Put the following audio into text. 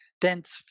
dense